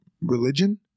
religion